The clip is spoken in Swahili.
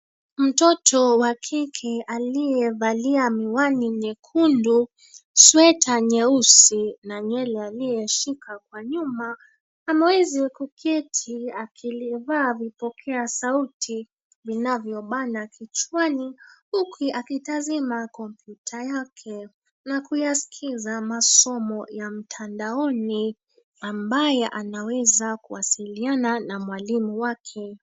Mtoto wa kike aliyevalia miwani nyekundu, sweta nyeusi na nywele aliyeshika kwa nyuma ameweza kuketi akilivaa vipokea sauti vinavyobana kichwani huku akitizama kompyuta yake na kuyasikiza masomo ya mtandaoni ambayo anaweza kuwasiliana na mwalimu wake.